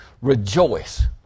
Rejoice